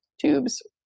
tubes